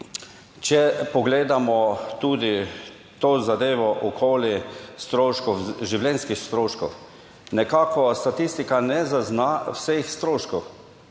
če pogledamo tudi to zadevo okoli stroškov, življenjskih stroškov. Nekako statistika ne zazna vseh stroškov.